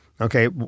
Okay